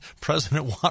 President